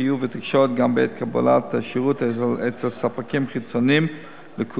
חיוב ותקשורת גם בעת קבלת השירות אצל ספקים חיצוניים לקופה,